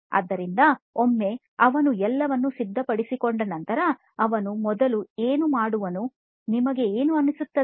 ಆದ್ದರಿಂದ ಒಮ್ಮೆ ಅವನು ಎಲ್ಲವನ್ನೂ ಸಿದ್ಧಪಡಿಸಿಕೊಂಡ ನಂತರ ಅವನು ಮೊದಲು ಏನು ಮಾಡುವನು ನಿಮಗೆ ಏನು ಅನಿಸುತ್ತದೆ